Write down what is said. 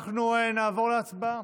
אנחנו נעבור להצבעה.